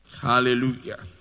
Hallelujah